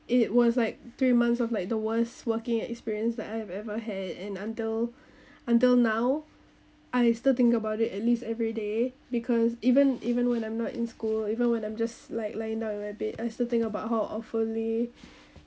it was like three months of like the worst working experience that I've ever had and until until now I still think about it at least everyday because even even when I'm not in school even when I'm just like lying down in my bed I still think about how awfully